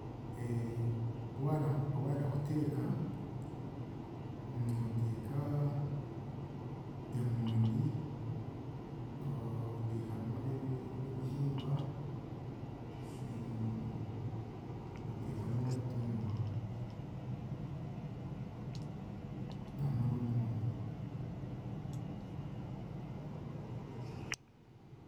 Waayen Waayenda kuteeka, nooteeka emondi, oteekamu n'ebihimba oteekamu n'obutunguru hamwe n'omwonyo.